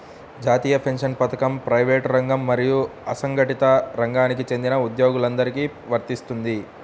జాతీయ పెన్షన్ పథకం ప్రైవేటు రంగం మరియు అసంఘటిత రంగానికి చెందిన ఉద్యోగులందరికీ వర్తిస్తుంది